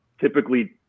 typically